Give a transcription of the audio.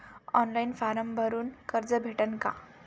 Online form भरून कर्ज भेटन का?